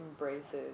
embraces